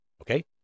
okay